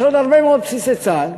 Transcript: יש עוד הרבה בסיסי צה"ל